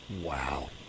Wow